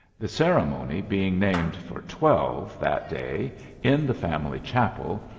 the ceremony being named for twelve that day in the family chapel.